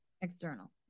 external